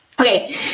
Okay